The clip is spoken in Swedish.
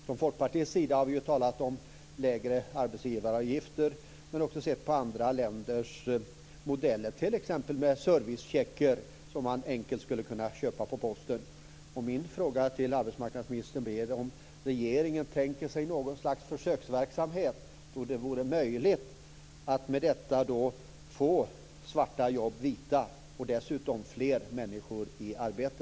Från Folkpartiets sida har vi talat om lägre arbetsgivaravgifter, men också sett på andra länders modeller med t.ex. servicecheckar som man enkelt skulle kunna köpa på posten. Min fråga till arbetsmarknadsministern är: Tänker sig regeringen något slags försöksverksamhet där det vore möjligt att få svarta jobb vita och dessutom få fler människor i arbete?